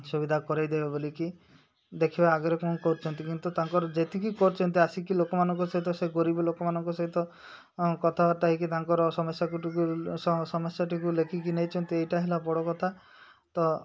ସୁବିଧା କରାଇଦେବେ ବୋଲିକି ଦେଖିବା ଆଗରେ କ'ଣ କରୁଛନ୍ତି କିନ୍ତୁ ତାଙ୍କର ଯେତିକି କରୁଛନ୍ତି ଆସିକି ଲୋକମାନଙ୍କ ସହିତ ସେ ଗରିବ ଲୋକମାନଙ୍କ ସହିତ କଥାବାର୍ତ୍ତା ହେଇକି ତାଙ୍କର ସମସ୍ୟା ସମସ୍ୟାଟିକୁ ଲେଖିକି ନେଇଛନ୍ତି ଏଇଟା ହେଲା ବଡ଼ କଥା ତ